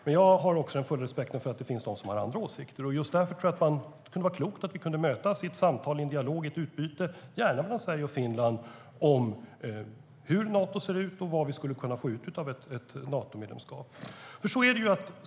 Men jag har full respekt för att det finns de som har andra åsikter. Just därför tror jag att det kunde vara klokt om vi kunde mötas i ett samtal, en dialog och ett utbyte, gärna mellan Sverige och Finland, om hur Nato ser ut och vad vi skulle kunna få ut av ett Natomedlemskap.